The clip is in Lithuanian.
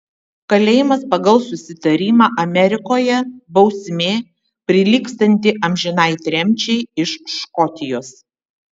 kalėjimas pagal susitarimą amerikoje bausmė prilygstanti amžinai tremčiai iš škotijos